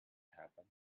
happened